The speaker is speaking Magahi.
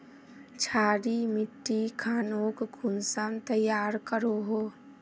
क्षारी मिट्टी खानोक कुंसम तैयार करोहो?